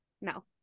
no